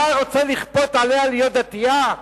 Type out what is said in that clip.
אתה רוצה לכפות עליה להיות דתייה?